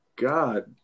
God